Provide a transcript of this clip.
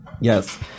Yes